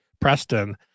Preston